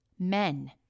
Men